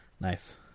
Nice